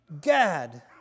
Gad